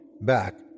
back